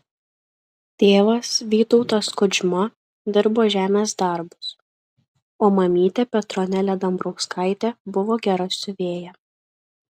tėvas vytautas kudžma dirbo žemės darbus o mamytė petronėlė dambrauskaitė buvo gera siuvėja